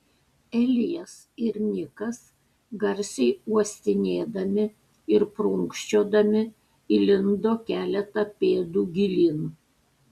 elijas ir nikas garsiai uostinėdami ir prunkščiodami įlindo keletą pėdų gilyn